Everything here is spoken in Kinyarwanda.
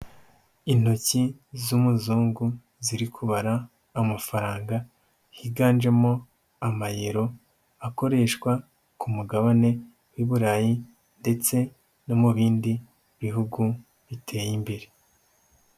Intoki z'umuzungu ziri kubara amafaranga, higanjemo amayero akoreshwa ku mugabane w'i Burayi ndetse no mu bindi bihugu biteye imbere.